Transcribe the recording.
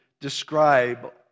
describe